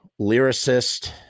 lyricist